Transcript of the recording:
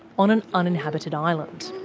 on an uninhabited island.